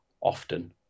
often